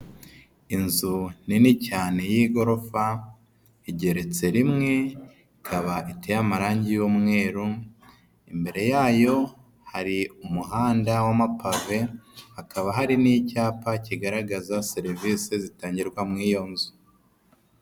Inzu nini cyane y'igorofa, igeretse rimwe, ikaba iteye amarangi y'umweru, imbere yayo hari umuhanda w'amapave, hakaba hari n'icyapa kigaragaza serivise zitangirwa mu iyo nzu.